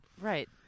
Right